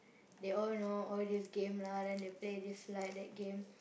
they all know all these games lah then they play this like that game